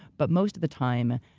but most of the time,